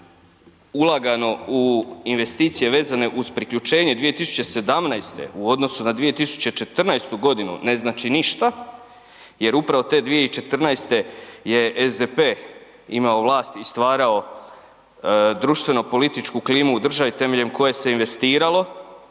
ulagano u investicije vezane uz priključenje 2017. u odnosu na 2014.g. ne znači ništa jer upravo te 2014. je SDP imao vlast i stvarao društveno političku klimu u državi temeljem koje se investiralo